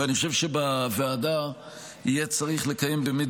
ואני חושב שבוועדה יהיה צריך לקיים באמת